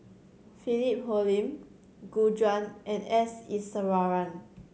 Philip Hoalim Gu Juan and S Iswaran